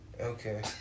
Okay